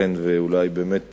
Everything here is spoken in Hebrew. ייתכן שאולי באמת